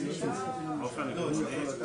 אבל צעדים אופרטיביים יותר,